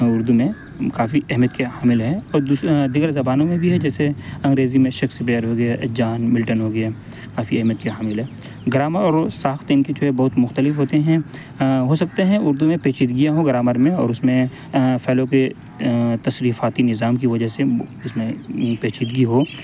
اردو میں کافی اہمیت کے حامل ہیں اور دیگر زبانوں میں بھی ہیں جیسے انگریزی میں شیکسپیئر ہو گیا جان ملٹن ہو گیا کافی اہمیت کے حامل ہے گرامر اور ساخت ان کی جو ہے بہت مختلف ہوتے ہیں ہو سکتے ہیں اردو میں پیچیدگیاں ہوں گرامر میں اور اس میں فیلو پہ تصریفاتی نظام کی وجہ سے اس میں پیچیدگی ہو